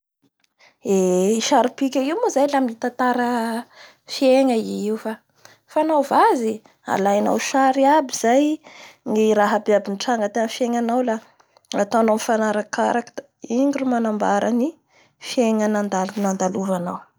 Eeee i sary pika io moa zay la mitatara fiegna i io, fa fanaova azy alainao sary abay zay ny raha abiaby nitranga tamin'ny fiegnanao la ataonao nifanarakaraky la igny ro manambara ny fiegna nad-nandalovanao.